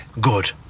good